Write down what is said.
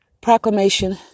proclamation